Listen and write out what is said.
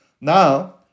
Now